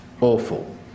awful